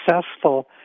successful